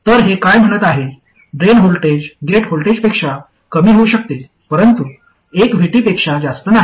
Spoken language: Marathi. तर हे काय म्हणत आहे ड्रेन व्होल्टेज गेट व्होल्टेजपेक्षा कमी होऊ शकते परंतु एक VT पेक्षा जास्त नाही